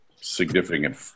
significant